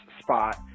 spot